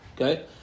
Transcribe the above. Okay